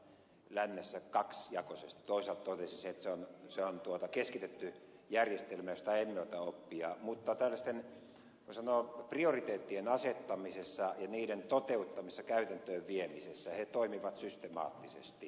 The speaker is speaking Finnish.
toisaalta totesin sen että se on keskitetty järjestelmä josta emme ota oppia mutta tällaisten voi sanoa prioriteettien asettamisessa ja niiden toteuttamisessa käytäntöön viemisessä he toimivat systemaattisesti